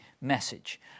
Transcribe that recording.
message